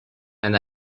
and